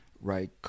right